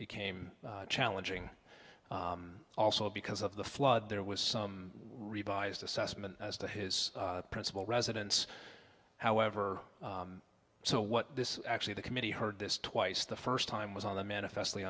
became challenging also because of the flood there was some revised assessment as to his principal residence however so what this actually the committee heard this twice the first time was on the manifest